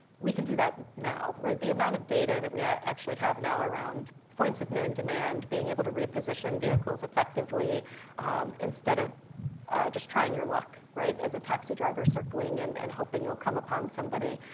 we can do that now like the amount of data that we actually have now around points of known demand being able to reposition vehicles effectively instead of just trying your luck, right as a taxi driver circling and and hoping you'll come upon somebody.